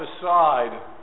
aside